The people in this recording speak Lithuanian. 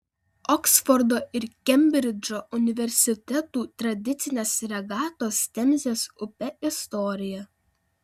oksfordo ir kembridžo universitetų tradicinės regatos temzės upe istorija